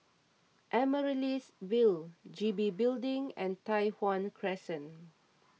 Amaryllis Ville G B Building and Tai Hwan Crescent